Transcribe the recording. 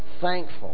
thankful